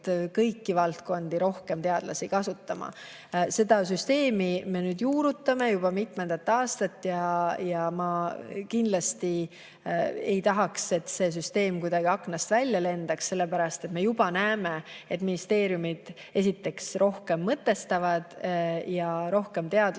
kõiki valdkondi rohkem teadlasi kasutama. Seda süsteemi me nüüd juurutame juba mitmendat aastat. Ma kindlasti ei taha, et see süsteem kuidagi aknast välja lendab, sellepärast et me juba näeme, et ministeeriumid rohkem mõtestavad kõike ja